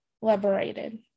liberated